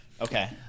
Okay